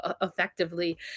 effectively